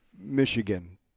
Michigan